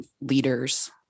leaders